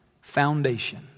foundation